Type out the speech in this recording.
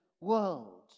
world